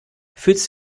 fühlst